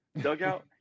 dugout